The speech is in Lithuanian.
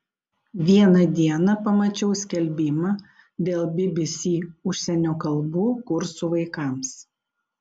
vieną dieną pamačiau skelbimą dėl bbc užsienio kalbų kursų vaikams